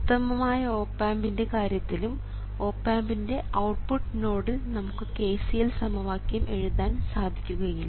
ഉത്തമമായ ഓപ് ആമ്പിൻറെ കാര്യത്തിലും ഓപ് ആമ്പിൻറെ ഔട്ട്പുട്ട് നോഡിൽ നമുക്ക് KCL സമവാക്യം എഴുതാൻ സാധിക്കുകയില്ല